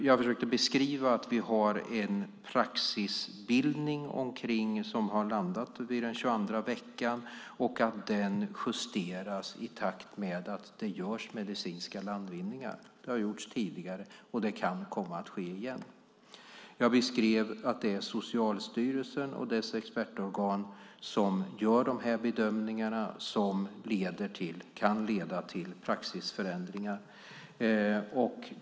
Jag försökte också beskriva att vi har en praxisbildning som har landat vid den 22:a veckan och att den justeras i takt med att det görs medicinska landvinningar. Det har gjorts tidigare, och det kan komma att ske igen. Jag beskrev att det är Socialstyrelsen och dess expertorgan som gör de här bedömningarna som kan leda till praxisförändringar.